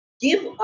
give